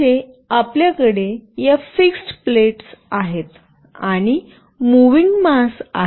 येथे आपल्याकडे या फिक्स्ड प्लेट्स आहेत आणि मूव्हिंग मास आहे